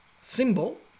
symbol